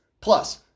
Plus